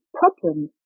problems